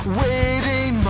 waiting